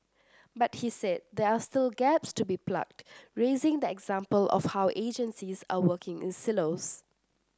but he said there are still gaps to be plugged raising the example of how agencies are working in silos